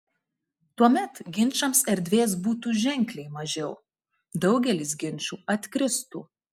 tuomet ginčams erdvės būtų ženkliai mažiau daugelis ginčų atkristų